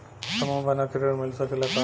समूह बना के ऋण मिल सकेला का?